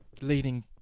leading